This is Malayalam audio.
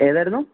ഏതായിരുന്നു